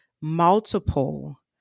multiple